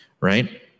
right